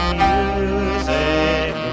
music